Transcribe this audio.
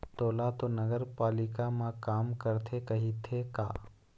तोला तो नगरपालिका म काम करथे कहिथे का?